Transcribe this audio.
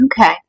Okay